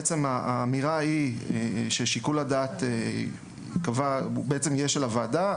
בעצם, האמירה היא ששיקול הדעת יהיה של הוועדה.